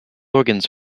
organs